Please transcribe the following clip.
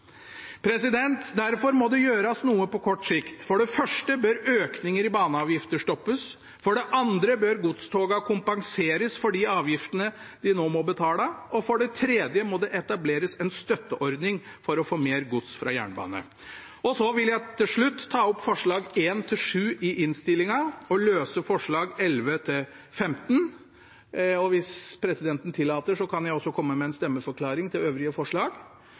avgiftene. Derfor må det gjøres noe på kort sikt. For det første bør økninger i baneavgifter stoppes. For det andre bør godstogene kompenseres for de avgiftene de nå må betale. Og for det tredje må det etableres en støtteordning for å få mer gods fra veg til jernbane. Så vil jeg til slutt ta opp forslagene nr. 1–7 i innstillingen og de løse forslagene nr. 11–15. Og hvis presidenten tillater, vil jeg også komme med en stemmeforklaring til øvrige forslag.